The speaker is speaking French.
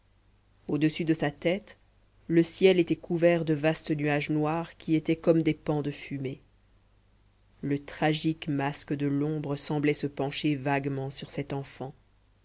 au-dessus de sa tête le ciel était couvert de vastes nuages noirs qui étaient comme des pans de fumée le tragique masque de l'ombre semblait se pencher vaguement sur cet enfant